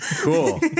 Cool